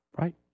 right